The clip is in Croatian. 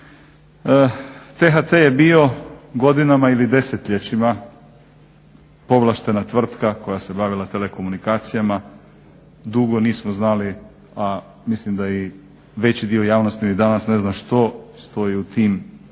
THT je bio godinama ili desetljećima povlaštena tvrtka koja se bavila telekomunikacijama, dugo nismo znali a mislim da i veći dio javnosti ni danas ne zna što stoji u tim famoznim